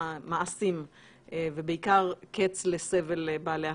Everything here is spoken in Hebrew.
מעשים ובעיקר קץ לסבל בעלי החיים.